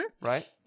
Right